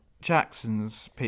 jackson's